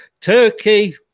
turkey